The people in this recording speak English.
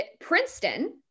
Princeton